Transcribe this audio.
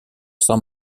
san